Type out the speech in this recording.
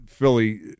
Philly